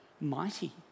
mighty